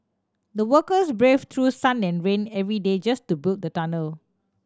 the workers braved through sun and rain every day just to build the tunnel